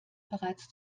bereits